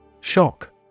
Shock